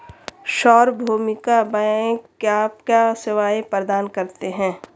सार्वभौमिक बैंक क्या क्या सेवाएं प्रदान करते हैं?